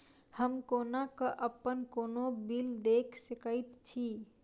हम कोना कऽ अप्पन कोनो बिल देख सकैत छी?